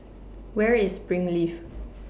Where IS Springleaf